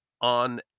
on